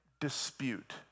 dispute